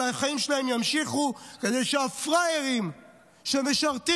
אבל החיים שלהם יימשכו כדי שהפראיירים שמשרתים